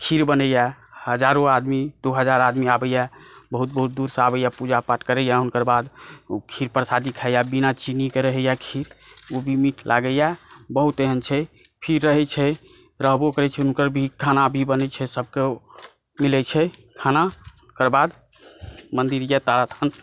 खीर बनैए हजारो आदमी दू हजार आदमी आबैए बहुत बहुत दूरसँ आबैए पूजा पाठ करैए हुनकर बाद ओ खीर प्रसादी खाइए बिना चीनीके रहैए खीर ओ भी मिठ लागैए बहुत एहन छै खीर रहै छै रहबो करै छै हुनकर भी खाना भी बनै छै सभकेँ ओ मिलै छै खाना ओकर बाद मन्दिर तारास्थान